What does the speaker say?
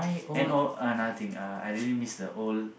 and all another thing uh I really miss the old